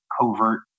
covert